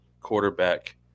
quarterback